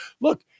look